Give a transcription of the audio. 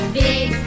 big